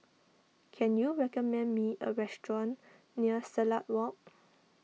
can you recommend me a restaurant near Silat Walk